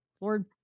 lord